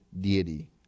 deity